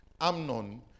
Amnon